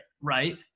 right